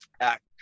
act